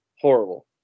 horrible